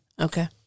Okay